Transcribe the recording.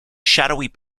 shadowy